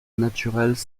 naturelles